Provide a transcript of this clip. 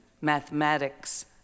mathematics